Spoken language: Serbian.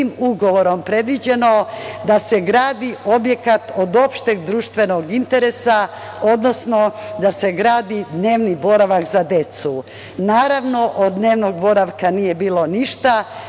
ugovorom predviđeno da se gradi objekat od opšteg društvenog interesa, odnosno da se gradi dnevni boravak za decu. Naravno, od dnevnog boravka nije bilo ništa,